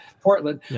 Portland